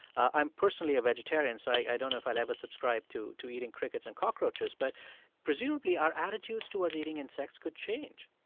i'm personally a vegetarian, so i don't know if i'd ever subscribe to to eating crickets and cockroaches. but presumably, our attitudes towards eating insects could change